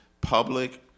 public